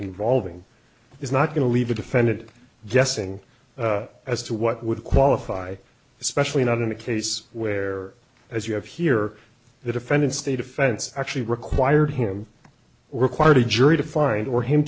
involving is not going to leave a defended guessing as to what would qualify especially not in a case where as you have here the defendant state offense actually required him require the jury to find or him